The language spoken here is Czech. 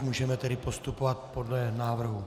Můžeme tedy postupovat podle návrhu.